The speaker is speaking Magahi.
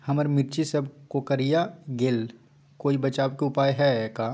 हमर मिर्ची सब कोकररिया गेल कोई बचाव के उपाय है का?